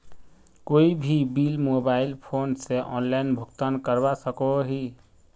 कोई भी bill mobile phone से ऑनलाइन भुगतान करवा सकोहो ही?